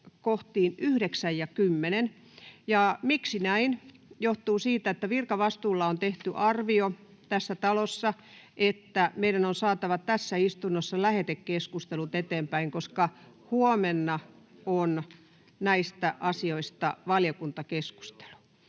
kohtiin 9 ja 10. Miksi näin? Se johtuu siitä, että virkavastuulla on tässä talossa tehty arvio, että meidän on saatava tässä istunnossa lähetekeskustelut eteenpäin, koska huomenna on näistä asioista valiokuntakeskustelut.